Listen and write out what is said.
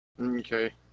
Okay